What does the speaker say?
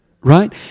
right